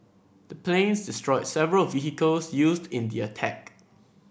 the planes destroyed several vehicles used in the attack